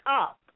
up